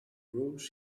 rose